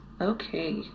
Okay